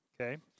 okay